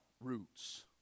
roots